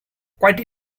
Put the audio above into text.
quite